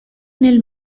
nel